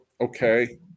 Okay